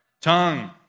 Tongue